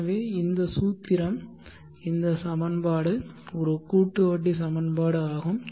எனவே இந்த சூத்திரம் இந்த சமன்பாடு ஒரு கூட்டு வட்டி சமன்பாடு ஆகும்